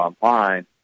online